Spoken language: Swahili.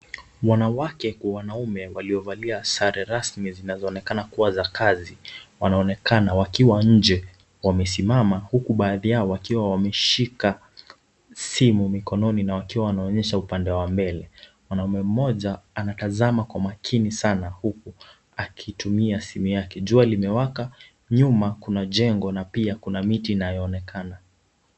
Wanawake kwa wanaume waliovalia sare rasmi zinazoonekana kuwa za kazi wanaonekana wakiwa nje. Wamesimama huku baadhi yao wakiwa wameshika simu mikononi na wakiwa wanaonyesha upande wa mbele. Mwanaume mmoja anatazama kwa makini sana huku akitumia simu yake. Jua limewaka, nyuma kuna jengo na pia kuna miti inayoonekana.